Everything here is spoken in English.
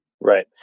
Right